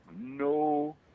no